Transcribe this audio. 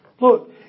Look